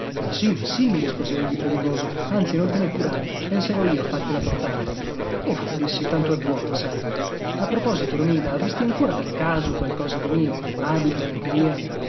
ma sì ma sì mi rispose egli premuroso anzi non te ne curare penserò io a fartela portare oh dissi tanto è vuota sai a proposito romilda avresti ancora per caso qualcosa di mio abiti biancheria